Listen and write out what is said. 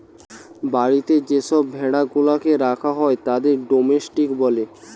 বাড়িতে যে সব ভেড়া গুলাকে রাখা হয় তাদের ডোমেস্টিক বলে